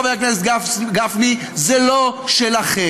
חבר הכנסת גפני: זה לא שלכם.